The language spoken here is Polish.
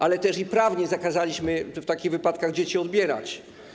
Ale też prawnie zakazaliśmy, by w takich wypadkach dzieci odbierać.